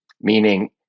Meaning